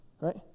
right